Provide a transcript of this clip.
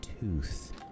tooth